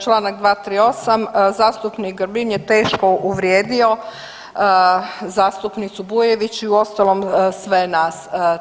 Čl. 238, zastupnik Grbin je teško uvrijedio zastupnicu Bujević i uostalom sve nas.